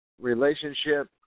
relationship